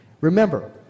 Remember